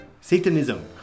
Satanism